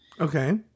Okay